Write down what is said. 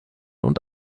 und